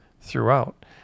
throughout